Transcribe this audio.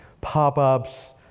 pop-ups